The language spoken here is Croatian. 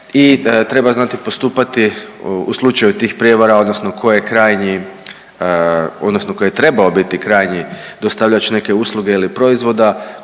i treba znati postupati u slučaju tih prijevara odnosno koji je krajnji odnosno koji je trebao biti krajnji dostavljač neke usluge ili proizvoda